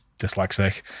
dyslexic